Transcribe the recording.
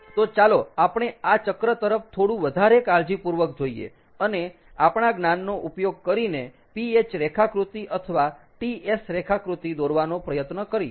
તો ચાલો આપણે આ ચક્ર તરફ થોડું વધારે કાળજીપૂર્વક જોઈએ અને આપણાં જ્ઞાનનો ઉપયોગ કરીને Ph રેખાકૃતિ અથવા TS રેખાકૃતિ દોરવાનો પ્રયત્ન કરીએ